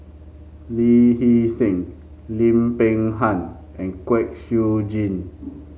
Lee Hee Seng Lim Peng Han and Kwek Siew Jin